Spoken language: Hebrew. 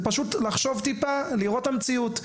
זה פשוט לחשוב טיפה, לראות את המציאות.